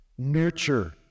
nurture